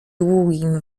długim